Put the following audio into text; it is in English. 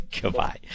Goodbye